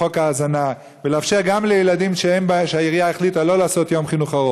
היושב-ראש, ואתה באת מתחום החינוך,